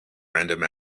random